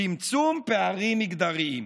צמצום פערים מגדריים.